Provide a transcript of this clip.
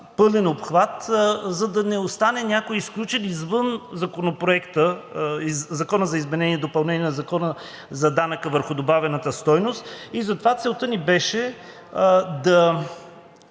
пълен обхват, за да не остане някой извън Законопроекта за изменение и допълнение на Закона за данъка върху добавената стойност, и затова целта ни беше да